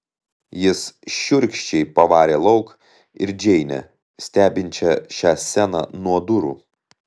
jis šiurkščiai pavarė lauk ir džeinę stebinčią šią sceną nuo durų